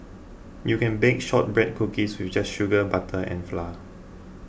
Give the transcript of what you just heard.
you can bake Shortbread Cookies with just sugar butter and flour